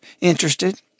interested